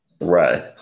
Right